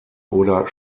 oder